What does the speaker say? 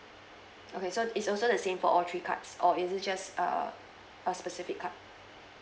okay so is also the same for all three cards or is it just err a specific card